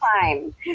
time